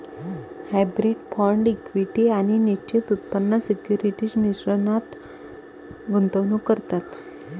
hybrid fund equity आणि निश्चित उत्पन्न सिक्युरिटीज मिश्रणात गुंतवणूक करतात